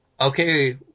okay